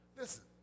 Listen